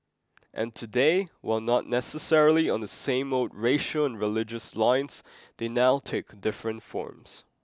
and today while not necessarily on the same old racial and religious lines they now take different forms